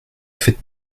faites